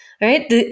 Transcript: right